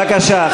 בבקשה,